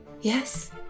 yes